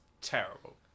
terrible